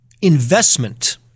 investment